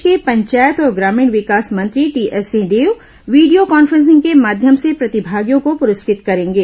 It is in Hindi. प्रदेश के पंचायत और ग्रामीण विकास मंत्री टीएस सिंहदेव वीडियो कान्फेंसिंग के माध्यम से प्रतिभागियों को पुरस्कृत करेंगे